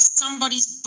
somebody's